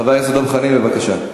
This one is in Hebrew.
חבר הכנסת דב חנין, בבקשה.